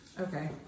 okay